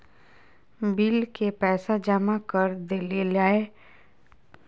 Bill के पैसा जमा कर देलियाय है पर अकाउंट में देखा नय रहले है, चेक करके बताहो जमा होले है?